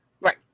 Right